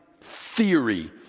theory